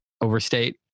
overstate